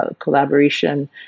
collaboration